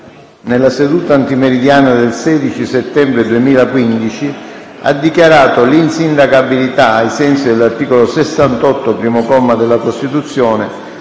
nella seduta antimeridiana del 16 settembre 2015, ha dichiarato l'insindacabilità - ai sensi dell'articolo 68, primo comma, della Costituzione